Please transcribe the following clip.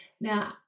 Now